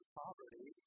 poverty